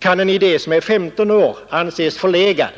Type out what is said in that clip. Kan en idé som är 15 år anses förlegad